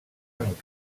amb